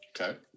Okay